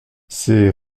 ces